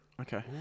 Okay